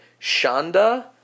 Shonda